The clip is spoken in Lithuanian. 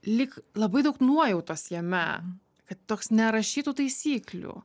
lyg labai daug nuojautos jame kad toks nerašytų taisyklių